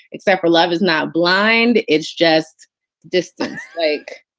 except for love is not blind. it's just distance like,